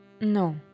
No